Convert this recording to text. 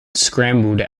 scrambled